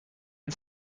and